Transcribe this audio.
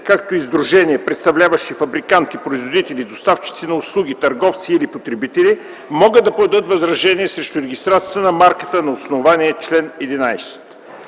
както и сдружения, представляващи фабриканти, производители, доставчици на услуги, търговци или потребители, могат да подадат възражение срещу регистрацията на марката на основание чл. 11.